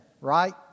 right